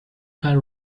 had